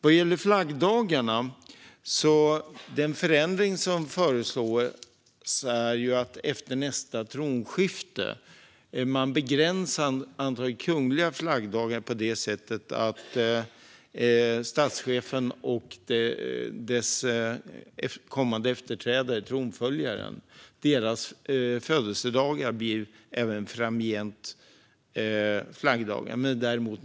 Vad gäller flaggdagarna är den förändring som föreslås att man efter nästa tronskifte begränsar antalet kungliga flaggdagar på det sättet att statschefens och den kommande efterträdarens, tronföljarens, födelsedagar framgent är flaggdagar.